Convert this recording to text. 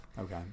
Okay